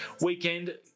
weekend